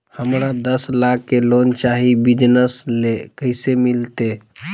हमरा दस लाख के लोन चाही बिजनस ले, कैसे मिलते?